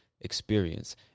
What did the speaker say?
experience